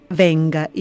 venga